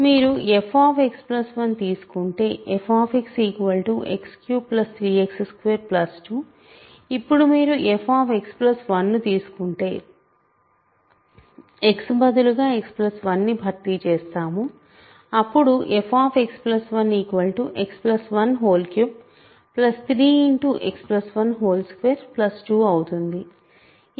మీరు fX1 తీసుకుంటే f X33X22 ఇప్పుడు మీరు fX1 ను తీసుకుంటే X బదులుగా X1 ని భర్తీ చేస్తాము అప్పుడు fX1 X133X122అవుతుంది